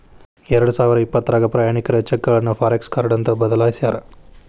ಎರಡಸಾವಿರದ ಇಪ್ಪತ್ರಾಗ ಪ್ರಯಾಣಿಕರ ಚೆಕ್ಗಳನ್ನ ಫಾರೆಕ್ಸ ಕಾರ್ಡ್ ಅಂತ ಬದಲಾಯ್ಸ್ಯಾರ